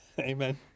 Amen